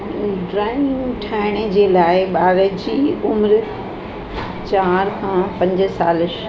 ड्राइंगियूं ठाहिण जे लाइ ॿार जी उमिरि चारि खां पंज साल